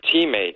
teammate